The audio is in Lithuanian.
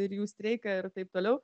ir jų streiką ir taip toliau